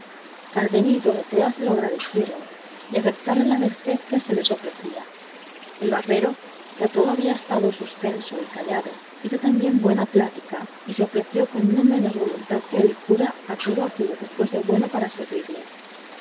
y dorotea se lo agradecieron y acetaron la merced que se les ofrecía el barbero que a todo había estado suspenso y callado hizo también su buena plática y se ofreció con no menos voluntad que el cura a todo aquello que fuese bueno para servirles